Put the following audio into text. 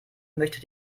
möchte